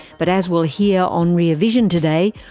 but as we'll hear on rear vision today,